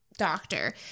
Doctor